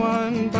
one